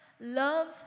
love